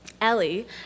Ellie